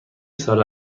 سال